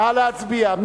נא להצביע.